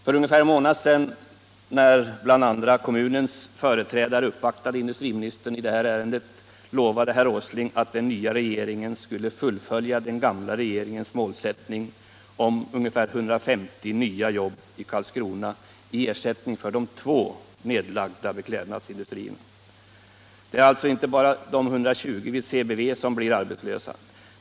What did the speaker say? För ungefär en månad sedan när bl.a. kommunens företrädare upp vaktade industriministern i detta ärende lovade herr Åsling att den nya regeringen skulle fullfölja den gamla regeringens målsättning om ungefär 150 nya jobb i Karlskrona som ersättning för de två nedlagda beklädnadsindustrierna. Det är alltså inte bara de 120 vid CBV som blir arbetslösa.